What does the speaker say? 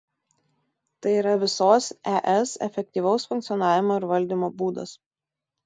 tai yra visos es efektyvaus funkcionavimo ir valdymo būdas